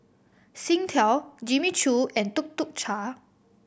Singtel Jimmy Choo and Tuk Tuk Cha